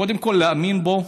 קודם כול להאמין בו,